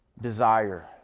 Desire